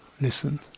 listen